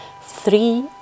three